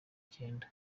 cyenda